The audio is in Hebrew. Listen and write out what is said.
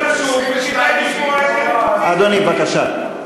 זה דיון חשוב, וכדאי לשמוע את, אדוני, בבקשה.